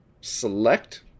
select